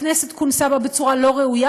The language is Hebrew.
הכנסת כונסה בה בצורה לא ראויה,